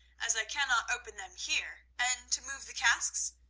as i cannot open them here, and to move the casks?